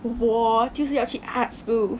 我就是要去 arts school